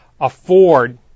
afford